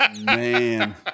Man